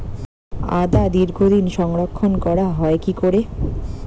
আদা দীর্ঘদিন সংরক্ষণ করা হয় কি করে?